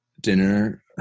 dinner